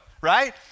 right